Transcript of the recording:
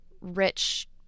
rich